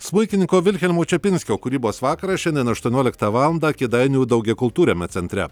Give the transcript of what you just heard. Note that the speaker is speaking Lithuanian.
smuikininko vilhelmo čepinskio kūrybos vakaras šiandien aštuonioliktą valandą kėdainių daugiakultūriame centre